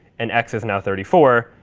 and x is now thirty four.